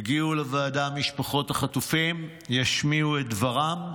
יגיעו לוועדה משפחות החטופים, ישמיעו את דברם,